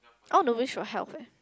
I want to wish for health eh